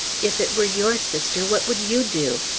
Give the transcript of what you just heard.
if it were your sister, what would you do?